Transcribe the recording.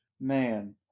Man